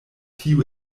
tio